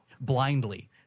blindly